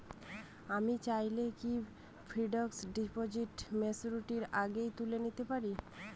আমি চাইলে কি ফিক্সড ডিপোজিট ম্যাচুরিটির আগেই তুলে নিতে পারি?